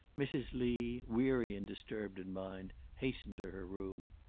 mrs. lee, weary and disturbed in mind, hastened to her room.